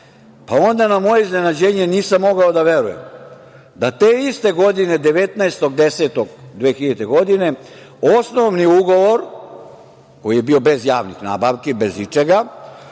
Onda na moje iznenađenje, nisam mogao da verujem, da te iste godine 19. oktobra 2000. godine osnovni ugovor, koji je bio bez javnih nabavki, bez ičega,